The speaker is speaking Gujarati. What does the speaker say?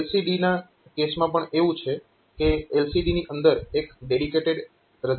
LCD ના કેસમાં એવું છે કે LCD ની અંદર એક ડેડિકેટેડ રજીસ્ટર હશે